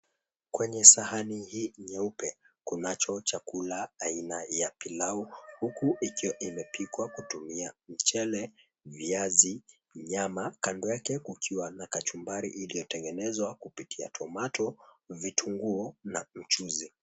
Kwenye sahani hii nyeupe kunacho chakula aina ya pilau huku ikiwa imepikwa kutumia mchele, viazi, nyama, kando yake kukiwa na kachumbari iliyotengenezwa kupitia tomato , vitunguu na mchuzi.